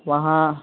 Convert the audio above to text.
وہاں